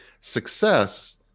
Success